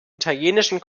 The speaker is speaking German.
italienischen